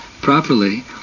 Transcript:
properly